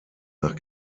nach